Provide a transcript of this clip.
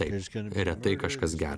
taip retai kažkas gera